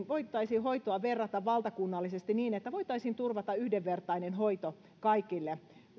voitaisiin verrata valtakunnallisesti niin että voitaisiin turvata yhdenvertainen hoito kaikille